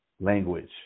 language